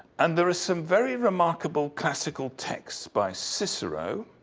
and there are some very remarkable, classical texts by cicero.